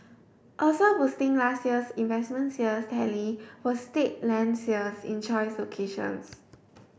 also boosting last year's investment sales tally were state land sales in choice locations